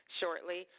shortly